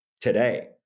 today